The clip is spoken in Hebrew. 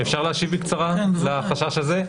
אפשר להשיב בקצרה לחשש הזה?